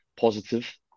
positive